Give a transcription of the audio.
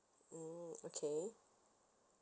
mm okay